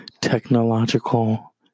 technological